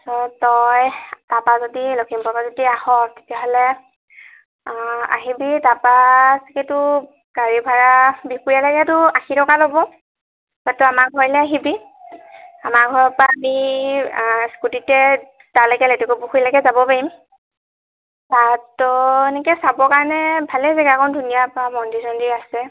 তই তাৰপৰা যদি লখিমপুৰৰ পৰা যদি আহ' তেতিয়াহ'লে আহিবি তাৰপৰা তোৰ গাড়ী ভাড়া বিহপুৰীয়ালৈকে তোৰ আশী টকা ল'ব তাৰপৰা তই আমাৰ ঘৰলৈ আহিবি আমাৰ ঘৰৰ পৰা আমি স্কুটিতে তালৈকে লেটেকু পুখুৰীলৈকে যাব পাৰিম তাততো এনেকৈ চাবৰ কাৰণে ভালেই জেগাকণ ধুনীয়া পুৰা মন্দিৰ চন্দিৰ আছে